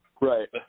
Right